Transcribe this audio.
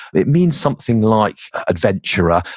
it means something like adventurer.